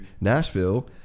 Nashville